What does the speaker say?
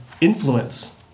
influence